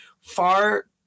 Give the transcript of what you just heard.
far